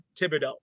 Thibodeau